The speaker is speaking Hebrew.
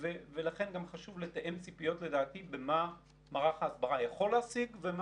אין סיבה שההסברה שלנו